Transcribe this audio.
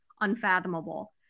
unfathomable